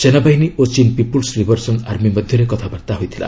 ସେନାବାହିନୀ ଓ ଚୀନ୍ ପିପୁଲ୍ ଲିବରେସନ୍ ଆର୍ମି ମଧ୍ୟରେ କଥାବାର୍ତ୍ତା ହୋଇଥିଲା